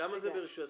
כמה זה ברישוי עסקים?